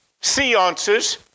seances